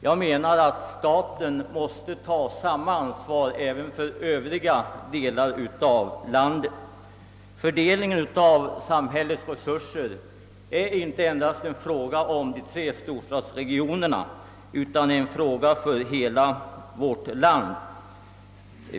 Jag menar att staten måste ta samma ansvar även för övriga delar av landet. Fördelningen av samhällets resurser är en fråga som gäller inte endast de tre storstadsregionerna utan hela landet.